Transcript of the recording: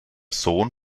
sohn